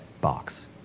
box